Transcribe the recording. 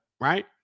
right